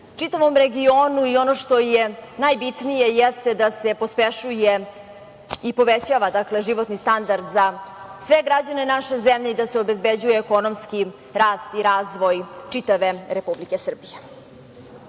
čitavom regionu i ono što je najbitnije, jeste da se pospešuje i povećava životni standard za sve građane naše zemlje i da se obezbeđuje ekonomski rast i razvoj čitave Republike